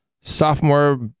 sophomore